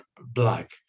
black